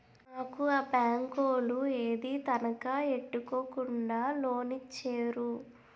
మాకు ఆ బేంకోలు ఏదీ తనఖా ఎట్టుకోకుండా లోనిచ్చేరు